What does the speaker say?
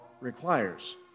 requires